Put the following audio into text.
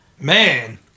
Man